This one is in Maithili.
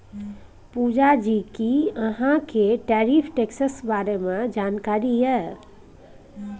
पुजा जी कि अहाँ केँ टैरिफ टैक्सक बारे मे जानकारी यै?